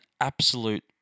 absolute